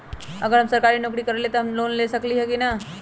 अगर हम सरकारी नौकरी करईले त हम लोन ले सकेली की न?